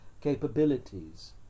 capabilities